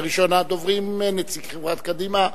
ראשון הדוברים, נציג סיעת קדימה,